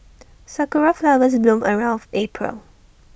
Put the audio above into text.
Sakura Flowers bloom around April